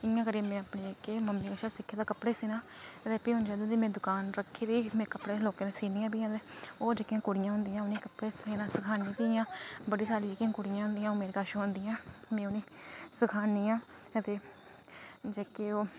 ते इंया करियै में अपनी मम्मी कशा सिक्खे दे कपड़े सीना ते भी में जदूं दी दुकान रक्खी दी ते में लोकें दे कपड़े सीनी आं होर जेह्कियां कुड़ियां होंदियां उनेंगी कपड़े सीना सखानी आं बड़ी सारी कुड़ियां होंदियां ओह् मेरे कश औंदियां ते में उनेंगी सखानी आं ते जेह्के ओह्